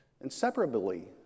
Inseparably